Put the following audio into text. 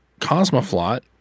Cosmoflot